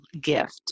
gift